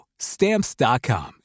Stamps.com